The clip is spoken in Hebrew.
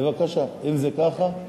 בבקשה, אם זה ככה.